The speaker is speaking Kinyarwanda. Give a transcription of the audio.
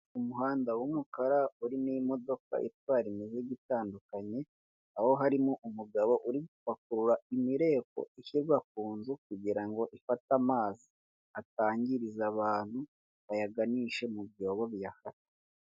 Inzu mberabyombi ubona ko irimo abantu benshi higanjemo abantu bakuze ndetse n'urubyiruko, ariko hakaba harimo n'abayobozi, ukaba ureba ko bose bateze amatwi umuntu uri kubaha ikiganiro kandi, buri wese imbere ye hakaba hari icupa ry'amazi. Hakaba harimo n'umuntu uhagaze inyuma wambaye impuzankano y'umukara.